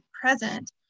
present